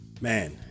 Man